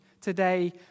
today